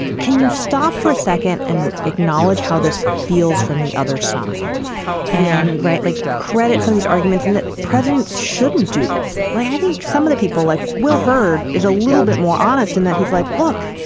can you stop for a second and acknowledge how this feels from the other side and right. like credits and these arguments and that presidents shouldn't do this. like, i think some of the people like will hurd is a little bit more honest and that he's like, look,